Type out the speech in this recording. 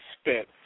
spent